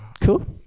cool